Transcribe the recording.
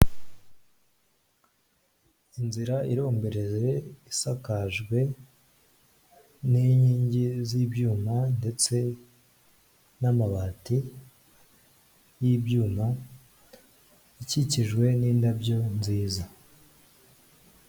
Inzira irombereje isakajwe n'inkingi z'ibyuma, ndetse n'amabati y'ibyuma, ikikijwe n'indabyo nziza.